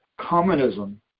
communism